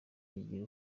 igira